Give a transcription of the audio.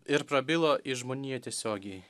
ir prabilo į žmoniją tiesiogiai